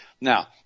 Now